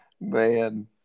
Man